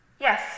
Yes